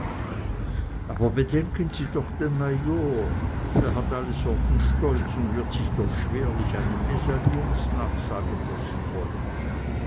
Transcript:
aber bedenken sie doch den major er hat alle sorten stolz und wird sich doch schwerlich eine mesalliance nachsagen lassen wollen